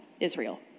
Israel